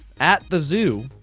at the zoo,